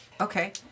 Okay